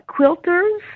quilters